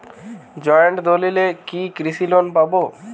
Joint দলিলে কি কৃষি লোন পাব?